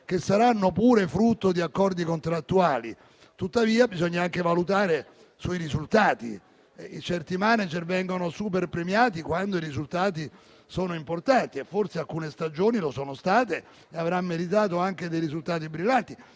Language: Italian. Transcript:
che saranno pure frutto di accordi contrattuali, tuttavia bisogna anche valutare i risultati. Certi *manager* vengono superpremiati quando i risultati sono importanti e forse alcune stagioni lo sono state. Avrà meritato anche risultati brillanti,